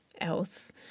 else